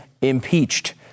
impeached